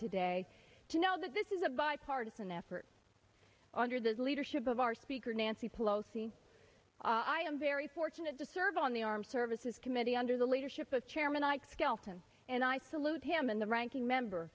today to know that this is a bipartisan effort under the leadership of our speaker nancy pelosi i am very fortunate to serve on the armed services committee under the leadership of chairman ike skelton and i salute him and the ranking member